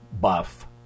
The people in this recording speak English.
buff